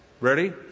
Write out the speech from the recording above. Ready